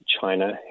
China